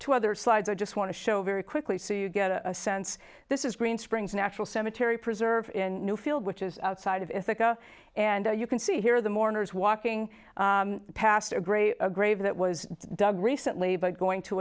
to other slides i just want to show very quickly so you get a sense this is green springs natural cemetery preserve in newfield which is outside of if they go and you can see here the mourners walking past a great grave that was dug recently by going to